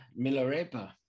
Milarepa